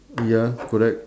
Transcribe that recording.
ya correct